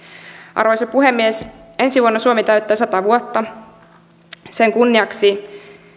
arvoisa puhemies ensi vuonna suomi täyttää sata vuotta sen kunniaksi